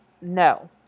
No